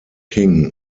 king